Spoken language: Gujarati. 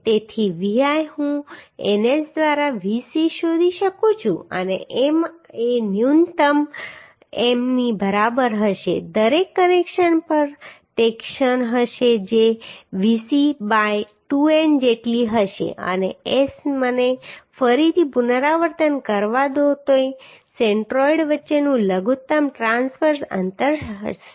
તેથી Vl હું NS દ્વારા VC શોધી શકું છું અને M એ ન્યૂનતમ M ની બરાબર હશે દરેક કનેક્શન પર તે ક્ષણ હશે જે VC બાય 2N જેટલી હશે અને S મને ફરીથી પુનરાવર્તન કરવા દો તે સેન્ટ્રોઇડ વચ્ચેનું લઘુત્તમ ટ્રાંસવર્સ અંતર હશે